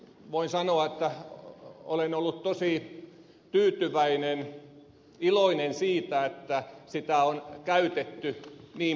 voin sanoa että olen ollut tosi tyytyväinen iloinen siitä että sitä on käytetty niin paljon